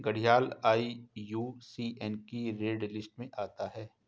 घड़ियाल आई.यू.सी.एन की red list में आता है